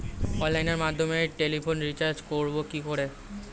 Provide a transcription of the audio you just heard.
অনলাইনের মাধ্যমে টেলিফোনে রিচার্জ করব কি করে?